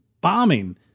bombing